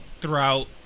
throughout